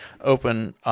open—